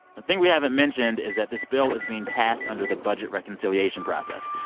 the thing we haven't mentioned is that this bill is being passed under the budget reconciliation process,